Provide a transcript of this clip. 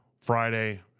Friday